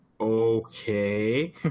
okay